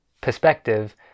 perspective